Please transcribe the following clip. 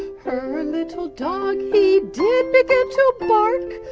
her little dog he did begin to bark,